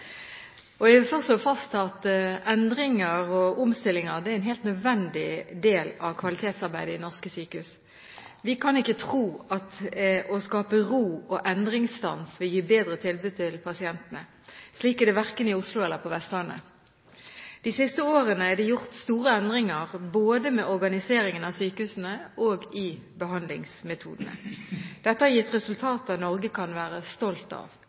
vil først slå fast at endringer og omstillinger er en helt nødvendig del av kvalitetsarbeidet i norske sykehus. Vi kan ikke tro at det å skape ro og endringsstans vil gi et bedre tilbud til pasientene. Slik er det verken i Oslo eller på Vestlandet. De siste årene er det gjort store endringer med hensyn til både organiseringen av sykehusene og behandlingsmetoder. Dette har gitt resultater Norge kan være stolt av.